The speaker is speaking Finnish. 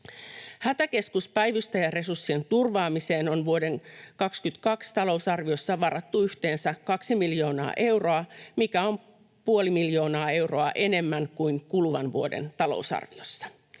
Hätäkeskuspäivystäjäresurssien turvaamiseen on vuoden 22 talousarviossa varattu yhteensä 2 miljoonaa euroa, mikä on puoli miljoonaa euroa enemmän kuin kuluvan vuoden talousarviossa.